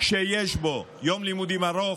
שיש בו יום לימודים ארוך,